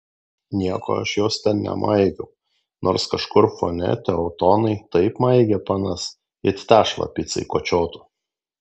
nieko aš jos ten nemaigiau nors kažkur fone teutonai taip maigė panas it tešlą picai kočiotų